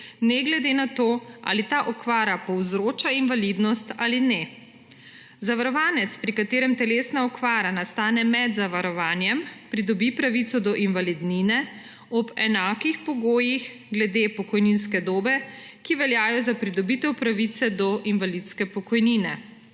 ne glede na to, ali ta okvara povzroča invalidnost ali ne. Zavarovanec, pri katerem telesna okvara nastane med zavarovanjem, pridobi pravico do invalidnine ob enakih pogojih glede pokojninske dobe, kot veljajo za pridobitev pravice do invalidske pokojnine.